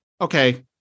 Okay